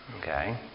Okay